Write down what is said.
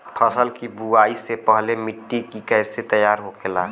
फसल की बुवाई से पहले मिट्टी की कैसे तैयार होखेला?